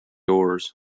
oars